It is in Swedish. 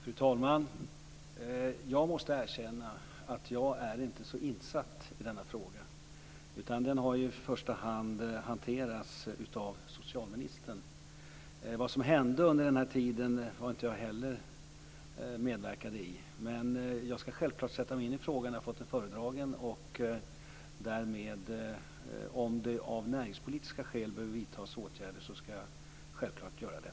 Fru talman! Jag måste erkänna att jag inte är så insatt i denna fråga. Den har i första hand hanterats av socialministern. Jag medverkade inte heller i det som hände under den här tiden. Men jag ska självfallet sätta mig in i frågan. Jag har fått den föredragen och om det av näringspolitiska skäl behövs vidtas åtgärder ska jag självfallet göra det.